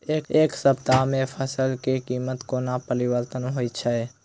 एक सप्ताह मे फसल केँ कीमत कोना परिवर्तन होइ छै?